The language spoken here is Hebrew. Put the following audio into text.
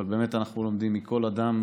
אבל באמת אנחנו לומדים מכל אדם